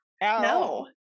no